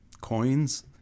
coins